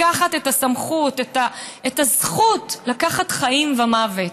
לקחת את הסמכות, את הזכות לקחת חיים ומוות,